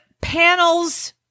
panels